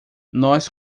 nós